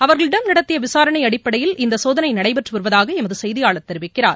அவர்களிடம் நடத்திய விசாரணை அடிப்படையில் இந்த சோதனை நடைபெற்று வருவதாக எமது செய்தியாளர் தெரிவிக்கிறார்